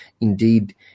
indeed